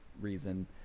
reason